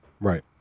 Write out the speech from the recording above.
Right